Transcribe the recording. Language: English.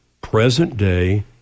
present-day